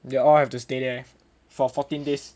they'll all have to stay there for fourteen days